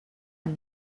and